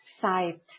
sight